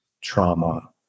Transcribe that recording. trauma